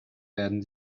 werden